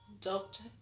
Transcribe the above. Doctor